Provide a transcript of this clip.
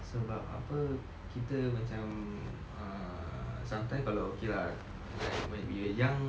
sebab apa kita macam err sometimes kalau okay lah like when we were young